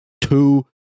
two